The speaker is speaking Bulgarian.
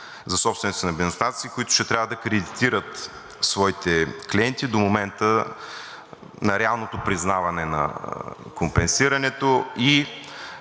за собствениците на бензиностанции, които ще трябва да кредитират своите клиенти до момента на реалното признаване на компенсирането и